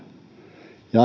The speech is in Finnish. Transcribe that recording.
ja